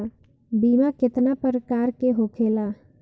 बीमा केतना प्रकार के होखे ला?